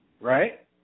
Right